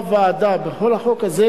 בוועדה בכל החוק הזה,